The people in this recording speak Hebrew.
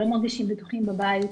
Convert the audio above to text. לא מרגישים בטוחים בבית.